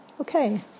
Okay